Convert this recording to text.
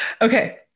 Okay